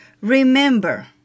Remember